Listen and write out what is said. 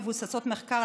מבוססות מחקר,